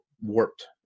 warped